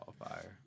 qualifier